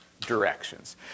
directions